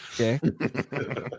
Okay